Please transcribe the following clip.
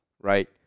right